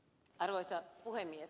arvoisa puhemies